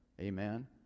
Amen